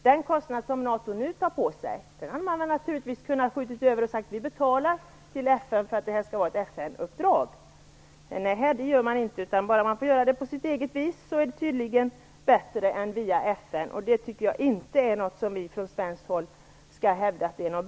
Den kostnad som NATO nu tar på sig hade man naturligtvis kunnat skjuta över och säga: Vi betalar detta till FN för att detta skall kunna vara ett FN-uppdrag. Men det gör man inte. Får man göra det hela på sitt eget vis, är det tydligen bättre än att agera via FN. Jag tycker inte att vi från svenskt håll skall hävda att detta är bra.